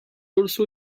also